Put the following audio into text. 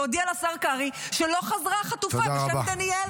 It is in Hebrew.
להודיע לשר קרעי שלא חזרה חטופה בשם דניאל.